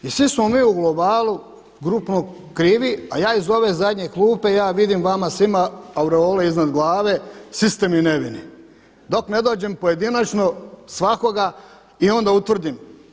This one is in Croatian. I svi smo mi u globalu grupno krivi, a ja iz ove zadnje klupe ja vidim vama svima aureole iznad glave, svi ste mi nevini dok ne dođem pojedinačno svakoga i onda utvrdim.